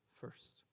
first